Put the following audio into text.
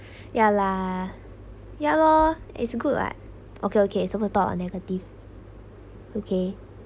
ya lah ya lor is good [what] okay okay we're supposed to talk about negative